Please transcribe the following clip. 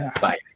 Bye